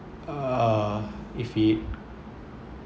uh if it